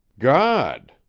god!